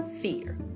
fear